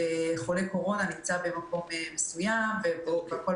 חלילה קורים עוד מצבי חירום, ועלינו